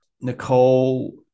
Nicole